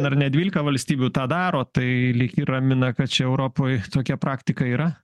ar ne dvylika valstybių tą daro tai lyg ir ramina kad čia europoj tokia praktika yra